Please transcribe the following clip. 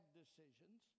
decisions